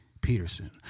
Peterson